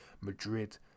Madrid